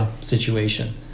situation